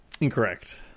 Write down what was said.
incorrect